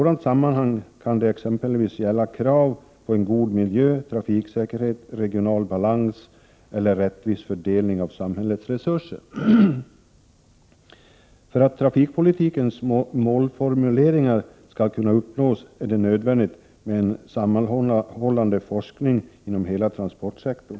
Det kan exempelvis gälla krav på en god miljö, trafiksäkerhet, regional balans eller en rättvis fördelning av samhällets resurser. För att trafikpolitikens mål skall kunna uppnås är det nödvändigt med en sammanhållande forskning inom hela transportsektorn.